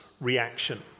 reaction